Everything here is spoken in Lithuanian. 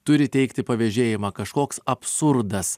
turi teikti pavežėjimą kažkoks absurdas